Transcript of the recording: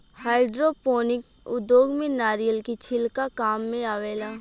hydroponic उद्योग में नारिलय के छिलका काम मेआवेला